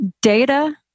data